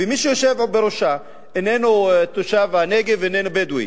ומי שיושב בראשה איננו תושב הנגב ואיננו בדואי.